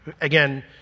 Again